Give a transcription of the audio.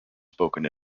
spoken